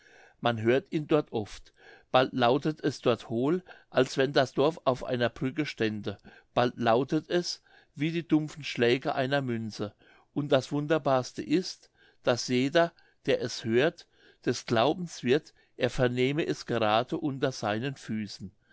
man hört ihn dort oft bald lautet es dort hohl als wenn das dorf auf einer brücke stände bald lautet es wie die dumpfen schläge einer münze und das wunderbarste ist daß jeder der es hört des glaubens wird er vernehme es gerade unter seinen füßen